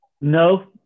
No